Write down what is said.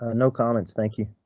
ah no comments, thank you.